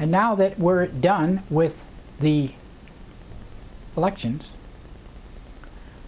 and now that we're done with the elections